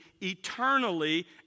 eternally